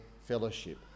fellowship